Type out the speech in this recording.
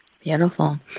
Beautiful